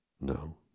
No